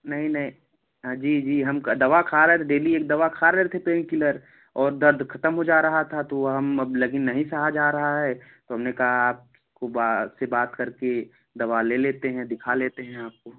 नहीं नहीं जी जी हम दवा खा रहे थे डेली एक दवा खा रहे थे पेन किलर और दर्द ख़त्म हो जा रहा था तो हम अब लेकिन अब नहीं सहा जा रहा है तो हमने कहा आपको बा से बात करके दवा ले लेते हैं दिखा लेते हैं आपको